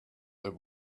that